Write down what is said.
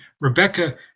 Rebecca